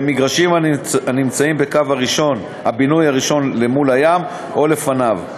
במגרשים הנמצאים בקו הבינוי הראשון מול הים או לפניו.